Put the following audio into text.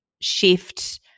shift